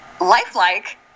lifelike